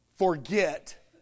Forget